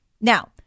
Now